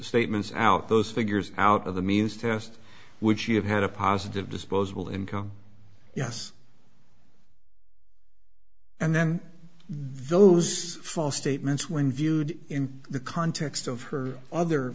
statements out those figures out of the means test which she have had a positive disposable income yes and then those false statements when viewed in the context of her other